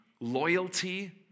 loyalty